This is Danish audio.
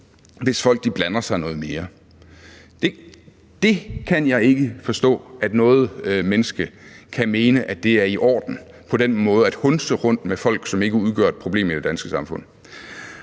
hvis folk blander sig noget mere. Jeg kan ikke forstå, at noget menneske kan mene, at det er i orden på den måde at hundse rundt med folk, som ikke udgør et problem i det danske samfund.